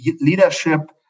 leadership